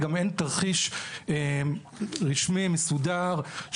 אין גם תרחיש רשמי ומסודר,